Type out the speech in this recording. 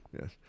Yes